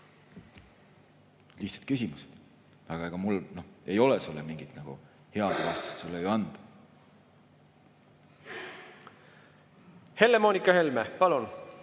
Lihtsad küsimused. Aga ega mul ei ole sulle mingit head vastust ju anda. Helle-Moonika Helme, palun!